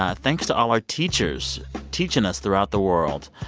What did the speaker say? ah thanks to all our teachers teaching us throughout the world.